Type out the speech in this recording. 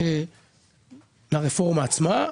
לרפורמה עצמה,